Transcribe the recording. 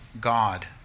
God